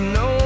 no